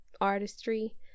artistry